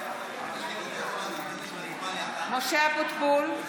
משה אבוטבול,